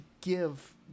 give